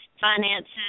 finances